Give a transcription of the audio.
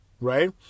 Right